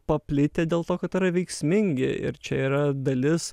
paplitę dėl to kad yra veiksmingi ir čia yra dalis